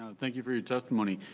and thank you for your testimony.